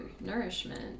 nourishment